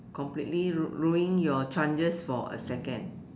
completely ru~ ruining your chances for a second